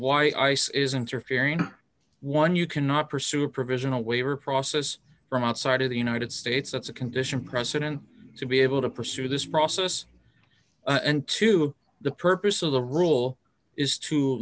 why ice is interfering one you cannot pursue a provisional waiver process from outside of the united states that's a condition precedent to be able to pursue this process and to the purpose of the rule is to